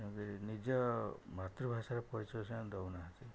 ତେଣୁକରି ନିଜ ମାତୃଭାଷାର ପରିଚୟ ସେମାନେ ଦେଉନାହାନ୍ତି